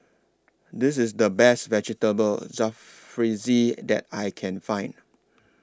This IS The Best Vegetable Jalfrezi that I Can Find